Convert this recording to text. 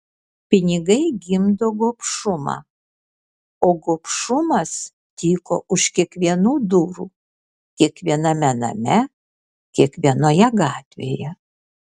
pinigai gimdo gobšumą o gobšumas tyko už kiekvienų durų kiekviename name kiekvienoje gatvėje